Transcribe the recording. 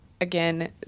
Again